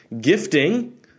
gifting